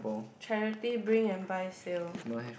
charity bring and buy sale